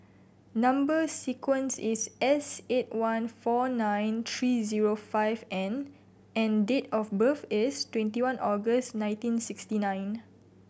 number sequence is S eight one four nine three zero five N and date of birth is twenty one August nineteen sixty nine